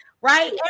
right